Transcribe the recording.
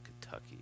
Kentucky